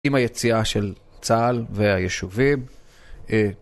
עם היציאה של צה״ל והישובים, אה...